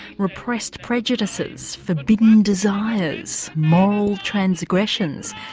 repressed prejudices, forbidden desires, moral transgressions.